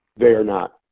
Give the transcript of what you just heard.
they are not.